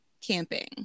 camping